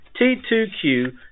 T2Q